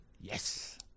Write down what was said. Yes